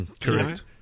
correct